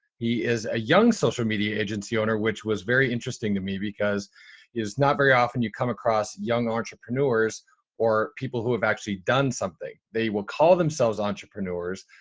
he is a young social media agency owner, which was very interesting to me because is not very often you come across young entrepreneurs or people who have actually done something, they will call themselves entrepreneurs,